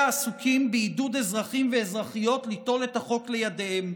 העסוקים בעידוד אזרחים ואזרחיות ליטול את החוק לידיהם.